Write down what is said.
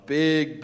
big